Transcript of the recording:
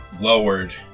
lowered